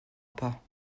pas